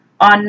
on